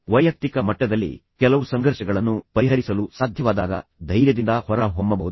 ವೈಯಕ್ತಿಕ ಮಟ್ಟದಲ್ಲಿ ನೀವು ಕೆಲವು ಸಂಘರ್ಷಗಳನ್ನು ಪರಿಹರಿಸಲು ಸಾಧ್ಯವಾದಾಗ ನೀವು ಧೈರ್ಯದಿಂದ ಹೊರಹೊಮ್ಮಬಹುದು